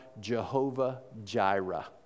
Jehovah-Jireh